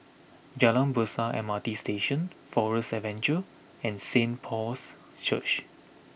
Jalan Besar M R T Station Forest Adventure and Saint Paul's Church